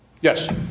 Yes